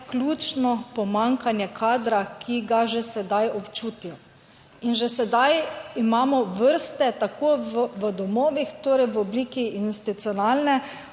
je ključno pomanjkanje kadra, ki ga že sedaj občutijo. In že sedaj imamo vrste tako v domovih, torej v obliki institucionalne